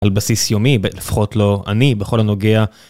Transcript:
על בסיס יומי, לפחות לא אני בכל הנוגע.